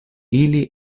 ili